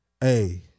Hey